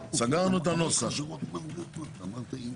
ולכן אמרנו שנאחד את הדברים הללו.